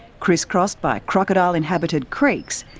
crisscrossed by crocodile inhabited creeks,